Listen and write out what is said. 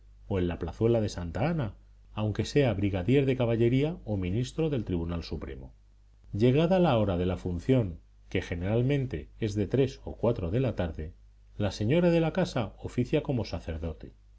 o en la plazuela de santa ana aunque sea brigadier de caballería o ministro del tribunal supremo llegada la hora de la función que generalmente es de tres o cuatro de la tarde la señora de la casa oficia como sacerdote